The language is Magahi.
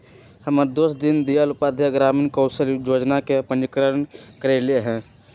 हमर दोस दीनदयाल उपाध्याय ग्रामीण कौशल जोजना में पंजीकरण करएले हइ